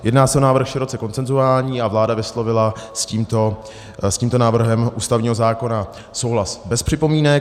Jedná se o návrh široce konsenzuální a vláda vyslovila s tímto návrhem ústavního zákona souhlas bez připomínek.